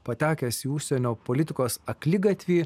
patekęs į užsienio politikos akligatvį